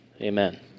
Amen